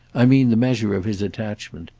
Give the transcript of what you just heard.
i mean the measure of his attachment.